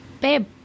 babe